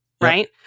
Right